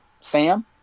Sam